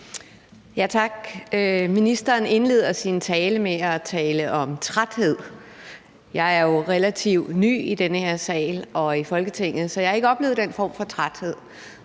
Ministeren indleder sin tale med at tale om træthed. Jeg er jo relativt ny i den her sal og i Folketinget, så jeg har ikke oplevet den form for træthed,